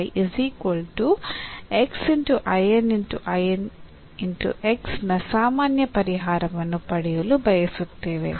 ನಾವು ಈ ನ ಸಾಮಾನ್ಯ ಪರಿಹಾರವನ್ನು ಪಡೆಯಲು ಬಯಸುತ್ತೇವೆ